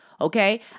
Okay